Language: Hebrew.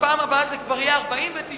בפעם הבאה זה כבר יהיה 49,